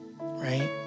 right